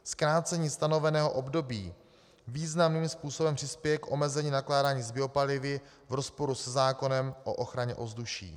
Zkrácení stanoveného období významným způsobem přispěje k omezení nakládání s biopalivy v rozporu se zákonem o ochraně ovzduší.